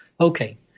Okay